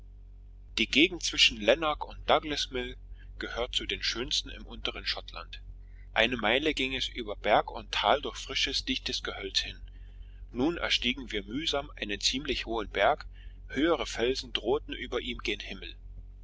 die gegend zwischen lanark und douglasmill gehört zu den schönsten im unteren schottland eine meile ging es über berg und tal durch frisches dichtes gehölz hin nun erstiegen wir mühsam einen ziemlich hohen berg höhere felsen drohten über ihm gen himmel